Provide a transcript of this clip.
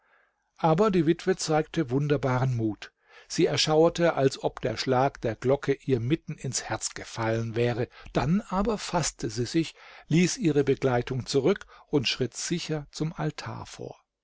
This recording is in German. aber die witwe zeigte wunderbaren mut sie erschauerte als ob der schlag der glocke ihr mitten ins herz gefallen wäre dann aber faßte sie sich ließ ihre begleitung zurück und schritt sicher zum altar vor